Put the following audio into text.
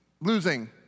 Losing